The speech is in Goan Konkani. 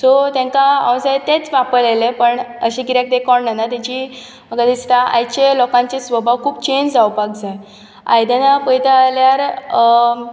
सो तेंकां हांव जाय तेंच वापरलेले पण अशें कित्याक तें कोण जाणा तेंचे म्हाका दिसतां की आयचें लोकांचे स्वभाव खूब चेंज जावपाक जाय आयदनां पयता जाल्यार